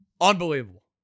Unbelievable